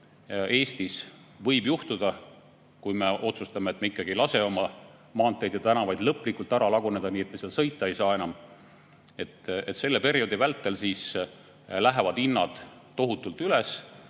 Eestis juhtuda, et me otsustame, et me ikkagi ei lase oma maanteid ja tänavaid lõplikult nii ära laguneda, et me enam seal sõita ei saa. Aga selle perioodi vältel lähevad hinnad tohutult üles,